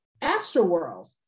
Astroworld